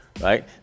right